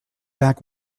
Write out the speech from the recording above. back